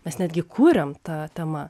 mes netgi kuriam ta tema